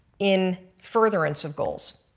in furtherance of goals.